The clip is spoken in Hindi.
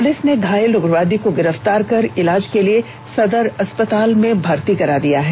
पुलिस ने घायल उग्रवादी को गिरफ्तार कर इलाज के लिए सदर अस्पताल में भर्ती कराया है